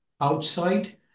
outside